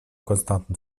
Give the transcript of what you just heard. konstanten